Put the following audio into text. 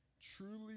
Truly